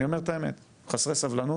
אני אומר את הרמת, חסרי סבלנות.